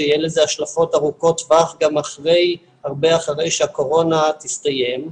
שיהיו לזה השלכות ארוכות טווח גם הרבה אחרי שהקורונה תסתיים,